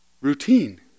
routine